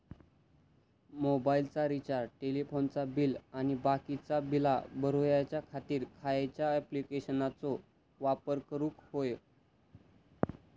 मोबाईलाचा रिचार्ज टेलिफोनाचा बिल आणि बाकीची बिला भरूच्या खातीर खयच्या ॲप्लिकेशनाचो वापर करूक होयो?